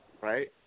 Right